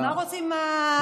מה רוצים הפונים?